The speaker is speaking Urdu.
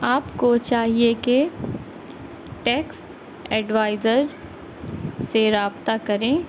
آپ کو چاہیے کہ ٹیکس ایڈوائزر سے رابطہ کریں